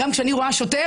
גם אני כשאני רואה שוטר,